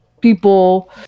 people